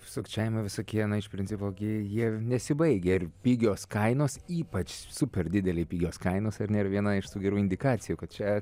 sukčiavimo visokie na iš principo gi jie nesibaigia ir pigios kainos ypač super didelei pigios kainos ar ne yra viena iš tų gerų indikacijų kad čia